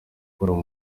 gukora